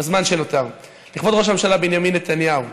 בזמן שנותר: לכבוד ראש הממשלה בנימין נתניהו,